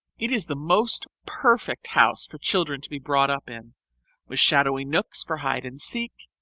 it is the most perfect house for children to be brought up in with shadowy nooks for hide and seek,